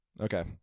Okay